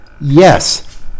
Yes